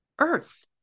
earth